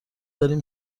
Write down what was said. داریم